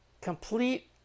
Complete